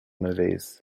movies